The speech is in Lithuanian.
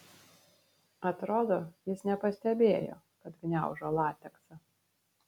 atrodo jis nepastebėjo kad gniaužo lateksą